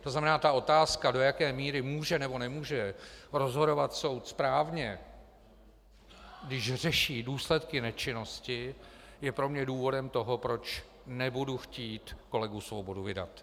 To znamená, otázka, do jaké míry může, nebo nemůže rozhodovat soud správně, když řeší důsledky nečinnosti, je pro mne důvodem toho, proč nebudu chtít kolegu Svobodu vydat.